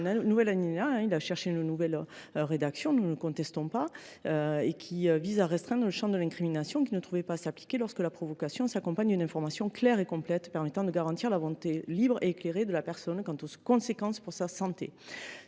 en proposant un nouvel alinéa. Celui ci vise à restreindre le champ de l’incrimination, qui ne trouvait pas à s’appliquer « lorsque la provocation s’accompagne d’une information claire et complète permettant de garantir la volonté libre et éclairée de la personne quant aux conséquences pour sa santé